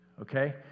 okay